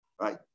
Right